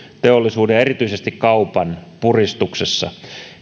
teollisuuden ja erityisesti kaupan puristuksessa